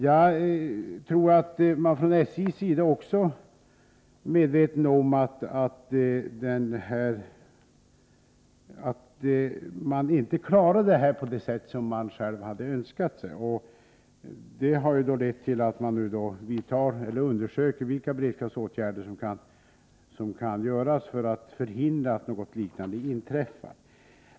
Jag tror att man från SJ:s sida är medveten om att man inte klarade detta på det sätt som man själv hade önskat. Detta har lett till att man nu undersöker vilka beredskapsåtgärder som kan vidtas för att förhindra att något liknande inträffar.